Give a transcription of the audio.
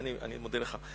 אני מודה לך.